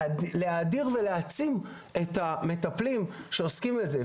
להאדיר ולהעצים את המטפלים שעוסקים בזה.